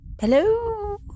Hello